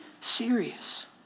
serious